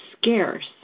scarce